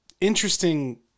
interesting